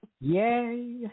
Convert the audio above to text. Yay